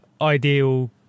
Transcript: ideal